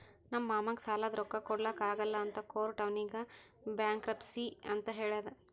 ನಮ್ ಮಾಮಾಗ್ ಸಾಲಾದ್ ರೊಕ್ಕಾ ಕೊಡ್ಲಾಕ್ ಆಗಲ್ಲ ಅಂತ ಕೋರ್ಟ್ ಅವ್ನಿಗ್ ಬ್ಯಾಂಕ್ರಪ್ಸಿ ಅಂತ್ ಹೇಳ್ಯಾದ್